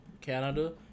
Canada